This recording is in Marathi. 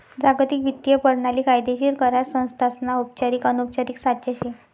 जागतिक वित्तीय परणाली कायदेशीर करार संस्थासना औपचारिक अनौपचारिक साचा शे